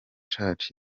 church